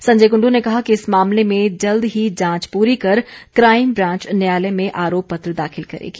संजय कुंडू ने कहा कि इस मामले में जल्द ही जांच पुरी कर क्राईम ब्रांच न्यायालय में आरोप पत्र दाखिल करेगी